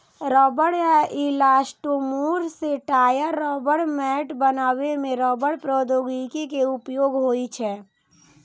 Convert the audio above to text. रबड़ या इलास्टोमोर सं टायर, रबड़ मैट बनबै मे रबड़ प्रौद्योगिकी के उपयोग होइ छै